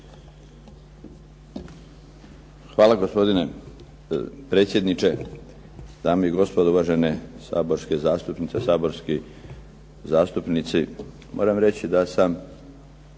Hvala gospodine predsjedniče. Dame i gospodo, uvažene saborske zastupnice, saborski zastupnici. Moram reći da sam